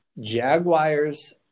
Jaguars